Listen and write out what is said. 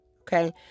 Okay